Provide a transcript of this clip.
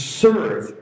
serve